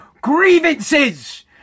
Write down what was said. grievances